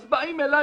אז באים אליי